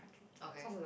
okay